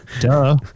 duh